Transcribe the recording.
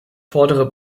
fordere